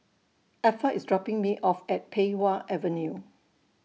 Effa IS dropping Me off At Pei Wah Avenue